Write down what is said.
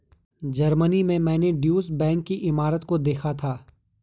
Germany में मैंने Deutsche bank की इमारत को देखा था